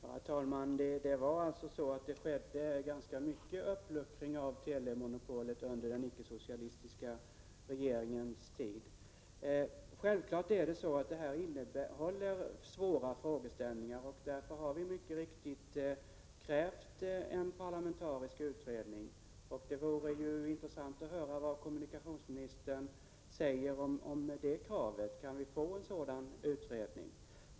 Herr talman! Det hände faktiskt ganska mycket i fråga om uppluckring av telemonopolet under de icke-socialistiska regeringarnas tid. Det säger sig självt att det här området innehåller svåra frågeställningar, och därför har vi mycket riktigt krävt en parlamentarisk utredning. Det vore intressant att få höra vad kommunikationsministern säger om det kravet. Kan vi få en sådan utredning?